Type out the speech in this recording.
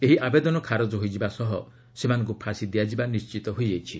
ଏହି ଆବେଦନ ଖାରଜ ହୋଇଯିବା ସହ ସେମାନଙ୍କୁ ଫାଶି ଦିଆଯିବା ନିଶ୍ଚିତ ହୋଇଯାଇଛି